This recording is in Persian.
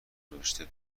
گذاشته